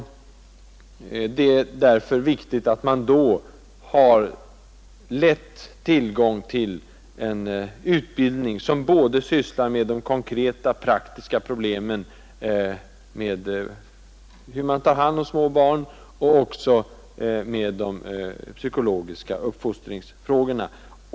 Det är därför viktigt att man då har tillgång till en utbildning både om de konkreta praktiska problemen med hur man sköter småbarn och om de psykologiska uppfostringsfrågorna.